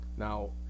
Now